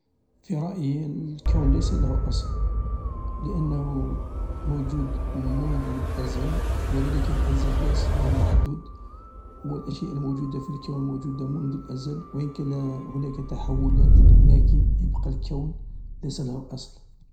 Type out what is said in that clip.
في رأيي الكون ليس له أصل، لانه موجود منذ الأزل و ذلك الأزل غير محدود والأشياء الموجودة في الكون موجودة منذ الأزل، وان كان هناك تحولات لكن يبقى الكون ليس له أصل.